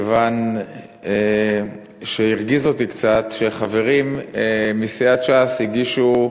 כיוון שהרגיז אותי קצת שחברים מסיעת ש"ס הגישו